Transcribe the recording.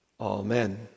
Amen